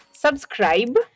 Subscribe